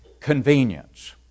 convenience